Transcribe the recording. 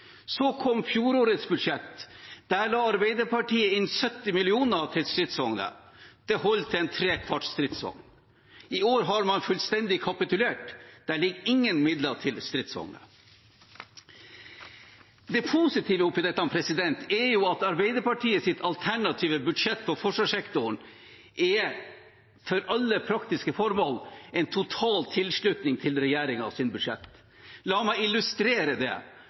Så kom fjorårets budsjett. Der la Arbeiderpartiet inn 70 mill. kr til stridsvogner. Det holdt til ¾ stridsvogn. I år har man fullstendig kapitulert: Det er ingen midler til stridsvogner. Det positive oppi dette er at Arbeiderpartiets alternative budsjett på forsvarssektoren er – for alle praktiske formål – en total tilslutning til regjeringens budsjett. La meg illustrere det: